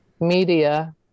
Media